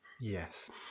Yes